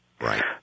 Right